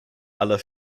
aller